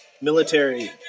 military